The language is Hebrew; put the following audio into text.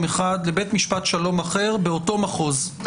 אחד לבית משפט שלום אחר באותו מחוז,